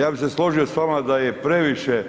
Ja bih se složio s vama da je previše